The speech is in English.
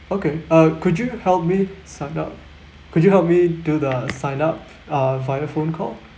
okay uh could you help me sign up could you help me do the sign up uh via phone call